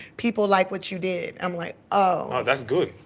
people like what you did. i'm like, ohhh oh, that's good.